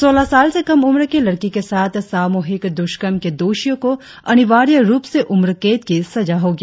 सोलह साल से कम उम्र की लड़की के साथ सामूहिक द्वष्कर्म के दोषियों को अनिवार्य रुप से उम्र कैद की सजा होगी